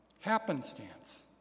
Happenstance